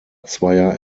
zweier